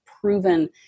proven